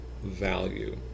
value